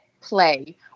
play